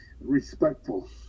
respectful